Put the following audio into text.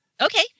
Okay